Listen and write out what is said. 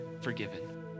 forgiven